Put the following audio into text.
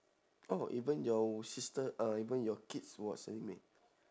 oh even your w~ sister uh even your kids watch anime